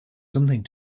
something